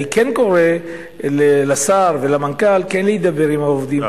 אני קורא לשר ולמנכ"ל כן להידבר עם העובדים,